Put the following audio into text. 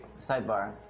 sidebar